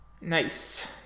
Nice